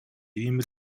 ийм